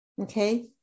Okay